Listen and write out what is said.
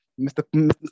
Mr